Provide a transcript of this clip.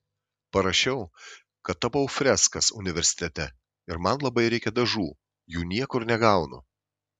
parašiau kad tapau freskas universitete ir man labai reikia dažų jų niekur negaunu